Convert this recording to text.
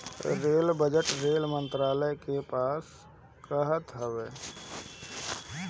rail budget rail मंत्रालय पास करत हवे